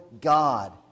God